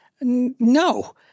No